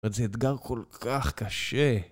אבל זה אתגר כל כך קשה